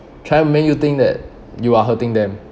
trying to make you think that you are hurting them